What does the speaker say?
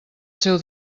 seu